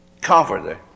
comforter